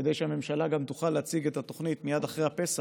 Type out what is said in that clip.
כדי שהממשלה תוכל להציג את התוכנית מייד לאחר הפסח,